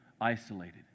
isolated